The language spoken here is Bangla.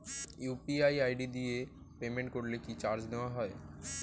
ইউ.পি.আই আই.ডি দিয়ে পেমেন্ট করলে কি চার্জ নেয়া হয়?